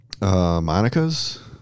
Monica's